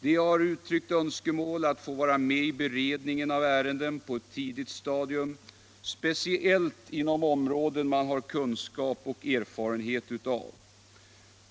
De har uttryckt önskemål om att få vara med i beredningen av ärenden på ett tidigt stadium, speciellt inom områden som de har kunskap och erfarenhet av.